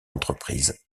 entreprise